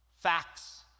facts